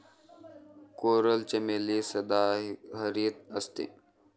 coral चमेली सदाहरित असते